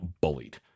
bullied